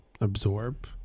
absorb